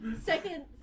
second